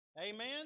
Amen